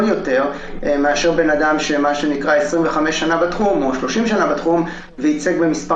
יותר מאשר בן-אדם ש-25 שנה בתחום או 30 שנה בתחום וייצג במספר